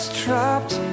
trapped